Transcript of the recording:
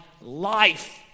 life